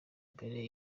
mbere